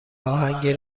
اهنگی